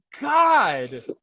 God